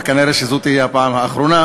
וכנראה זאת תהיה הפעם האחרונה